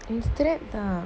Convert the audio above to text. strap ah